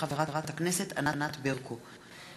של חברת הכנסת ענת ברקו,